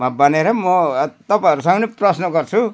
म भनेर म तपाईँहरूसँग पनि प्रश्न गर्छु